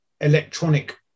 electronic